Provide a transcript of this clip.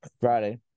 Friday